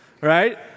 right